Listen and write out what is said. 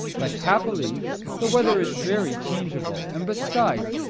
but happily the weather is very changeable and besides,